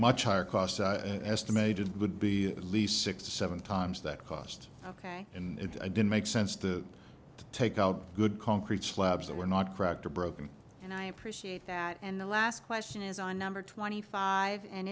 much higher cost estimated would be at least six to seven times that cost ok and it didn't make sense to take out good concrete slabs that were not cracked or broken and i appreciate that and the last question is on number twenty five and